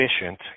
efficient